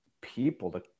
people